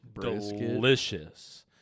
delicious